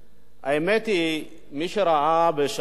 האמת היא, מי שראה בשנה האחרונה